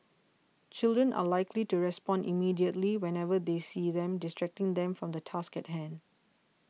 children are likely to respond immediately whenever they see them distracting them from the task at hand